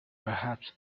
perhaps